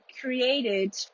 created